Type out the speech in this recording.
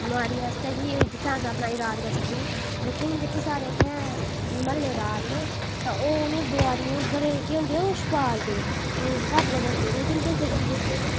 बमारियें आस्तै कि जित्थै अस अपना ईलाज करी सकने लेकिन जेह्के साढै़ इत्थैं म्हल्लेदार न तां ओह् उ'नेंगी बमारियें बड़े जेह्के ओह् छपालदे घट्ट गै दसदे लेकिन किश दस्सी छुड़दे